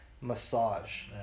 massage